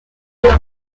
لديك